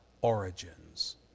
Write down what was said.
origins